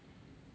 you have